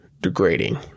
degrading